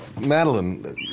Madeline